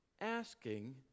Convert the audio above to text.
asking